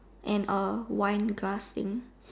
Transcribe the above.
and a wine glass thing